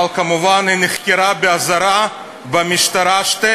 אבל כמובן היא נחקרה באזהרה במשטרה 12